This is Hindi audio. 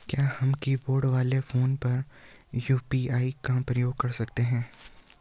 क्या हम कीबोर्ड वाले फोन पर यु.पी.आई का प्रयोग कर सकते हैं?